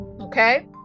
okay